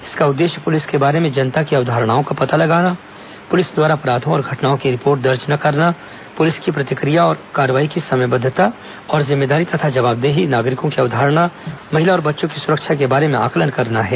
इसका उद्देश्य पुलिस के बारे में जनता की अवधारणाओं का पता लगाना पुलिस द्वारा अपराधों और घटनाओं की रिपोर्ट दर्ज न करना पुलिस की प्रतिक्रिया और कार्रवाई की समयबद्धता और जिम्मेदारी तथा जवाबदेही नागरिकों की अवधारणा महिला और बच्चों की सुरक्षा के बारे में आंकलन करना है